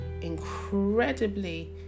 incredibly